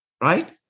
right